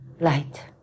light